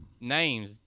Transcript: names